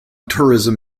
tourism